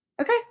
okay